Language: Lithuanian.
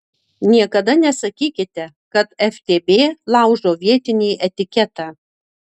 niekada nesakykite kad ftb laužo vietinį etiketą